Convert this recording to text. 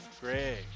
Greg